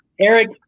Eric